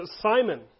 Simon